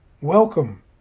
Welcome